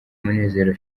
munezero